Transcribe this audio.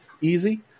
easy